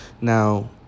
Now